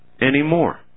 anymore